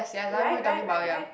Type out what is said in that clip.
right right right right